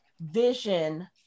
Vision